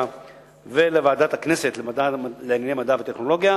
ולוועדת הכנסת לענייני מדע וטכנולוגיה,